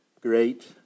great